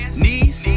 knees